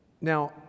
Now